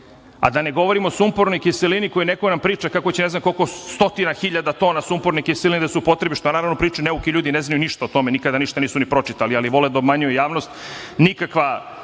ne govorim o sumpornoj kiselini, koja, neko nam priča, kako će ne znam koliko stotina hiljada tona sumporne kiseline da se upotrebi, što naravno pričaju neuki ljudi, ne znaju ništa o tome, ništa nisu ni pročitali, ali vole da obmanjuju javnost. Nikakva